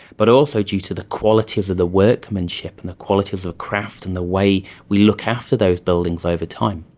but also due to the qualities of the workmanship and the qualities of craft and the way we look after those buildings over time.